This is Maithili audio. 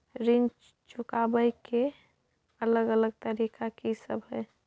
ऋण चुकाबय के अलग अलग तरीका की सब हय?